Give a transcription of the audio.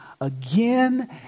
again